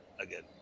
again